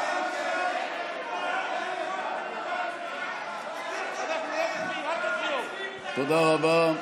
תודה רבה.